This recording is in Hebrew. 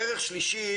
ערך שלישי,